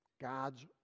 God's